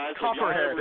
Copperhead